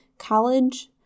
college